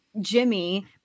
Jimmy